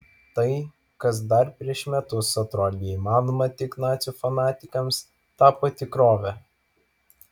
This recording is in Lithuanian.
tai kas dar prieš metus atrodė įmanoma tik nacių fanatikams tapo tikrove